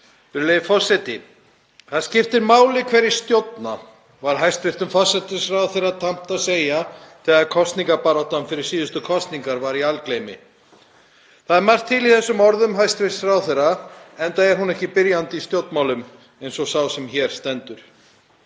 Virðulegi forseti. Það skiptir máli hverjir stjórna, var hæstv. forsætisráðherra tamt að segja þegar kosningabaráttan fyrir síðustu kosningar var í algleymi. Það er margt til í þeim orðum hæstv. ráðherra enda er hún ekki byrjandi í stjórnmálum eins og sá sem hér stendur.